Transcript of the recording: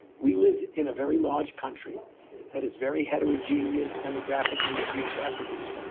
we live in a very large country that is very heterogeneous demographically and geographically,